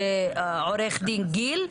עורך דין גיל,